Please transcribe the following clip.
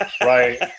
Right